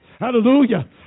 Hallelujah